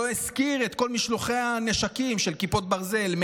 לא הזכיר את כל משלוחי הנשקים של כיפות ברזל,